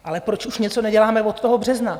Ale proč už něco neděláme od toho března?